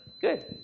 Good